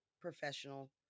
professional